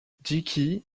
dickey